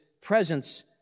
presence